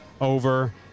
Over